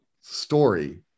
story